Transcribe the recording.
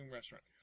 restaurant